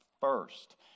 first